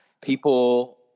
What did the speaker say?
people